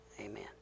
Amen